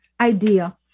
idea